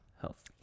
health